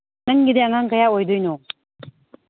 ꯅꯪꯒꯤꯗꯤ ꯑꯉꯥꯡ ꯀꯌꯥ ꯑꯣꯏꯗꯣꯏꯅꯣ